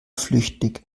flüchtig